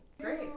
Great